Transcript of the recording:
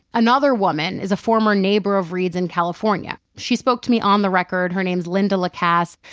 another woman is a former neighbor of reade's in california. she spoke to me on the record. her name's lynda lacasse.